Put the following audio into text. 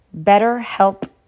BetterHelp